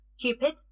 Cupid